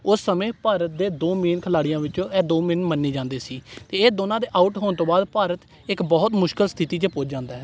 ਉਸ ਸਮੇਂ ਭਾਰਤ ਦੇ ਦੋ ਮੇਨ ਖਿਲਾੜੀਆਂ ਵਿੱਚੋਂ ਇਹ ਦੋ ਮੇਨ ਮੰਨੇ ਜਾਂਦੇ ਸੀ ਅਤੇ ਇਹ ਦੋਨਾਂ ਦੇ ਆਊਟ ਹੋਣ ਤੋਂ ਬਾਅਦ ਭਾਰਤ ਇੱਕ ਬਹੁਤ ਮੁਸ਼ਕਲ ਸਥਿਤੀ 'ਤੇ ਪੁੱਜ ਜਾਂਦਾ ਹੈ